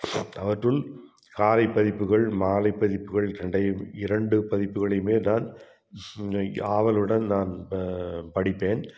அவற்றுள் காலை பதிப்புகள் மாலை பதிப்புகள் ரெண்டையும் இரண்டு பதிப்புகளையுமே நான் ஆவலுடன் நான் படிப்பேன்